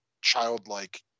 childlike